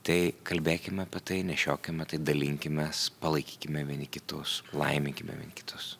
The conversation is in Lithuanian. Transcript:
tai kalbėkime apie tai nešiokime tai dalinkimės palaikykime vieni kitus laiminkime vieni ir kitus